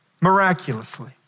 miraculously